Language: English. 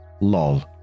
Lol